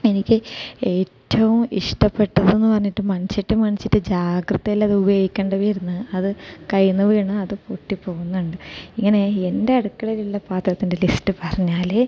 എനിക്ക് ഏറ്റവും ഇഷ്ടപ്പെട്ടതെന്ന് പറഞ്ഞിട്ട് മൺചട്ടി മൺചട്ടി ജാഗ്രതയിൽ അത് ഉപയോഗിക്കേണ്ടി വരുന്നു അത് കൈയ്യിൽ നിന്ന് വീണാൽ അത് പൊട്ടി പോകുന്നുണ്ട് ഇങ്ങനെ എൻ്റെ അടുക്കളയിലുള്ള പാത്രത്തിൻ്റെ ലിസ്റ്റ് പറഞ്ഞാൽ